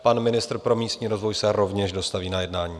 Pan ministr pro místní rozvoj se rovněž dostaví na jednání.